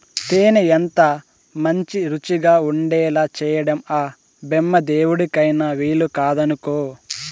తేనె ఎంతమంచి రుచిగా ఉండేలా చేయడం ఆ బెమ్మదేవుడికైన వీలుకాదనుకో